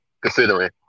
considering